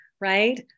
right